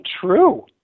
true